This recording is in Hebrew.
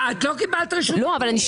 לא קיבלת רשות דיבור.